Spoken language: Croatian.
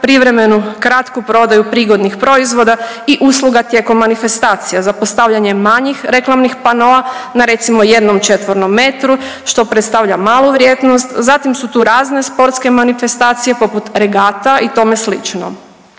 privremenu kratku prodaju prigodnih proizvoda i usluga tijekom manifestacija, za postavljanje manjih reklamnih panoa na recimo jednom četvornom metru, što predstavlja malu vrijednost, zatim su tu razne sportske manifestacije poput regata i tome slično.